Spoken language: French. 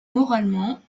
moralement